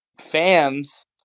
fans